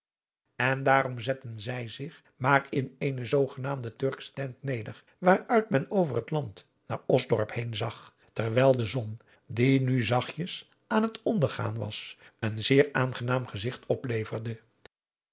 en daarom zetten zij zich maar in eene zoogenaamde turksche tent neder waaruit men over het land naar osdorp heen zag terwijl de zon die nu zachtjes aan het ondergaan was een zeer aangenaam gezigt opleverde